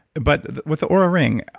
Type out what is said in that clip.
but with the oura ring,